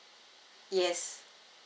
yes